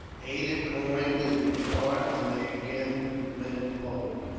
ada climbed into the cart, and they again went forward.